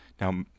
Now